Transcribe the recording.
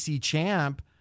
champ